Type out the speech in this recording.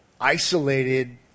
isolated